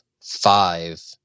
five